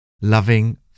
Loving